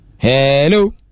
Hello